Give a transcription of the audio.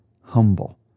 humble